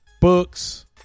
books